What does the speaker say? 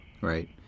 Right